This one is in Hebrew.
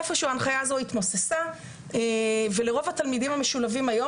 איפה שהוא ההנחיה הזאת התמוססה ולרוב התלמידים המשולבים היום